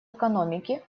экономики